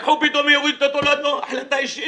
לקחו --- החלטה אישית.